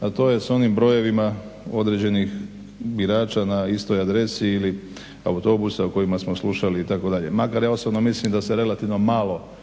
a to je s onim brojevima određenih birača na istoj adresi ili autobusa o kojima smo slušali itd. Makar ja osobno mislim da se relativno malo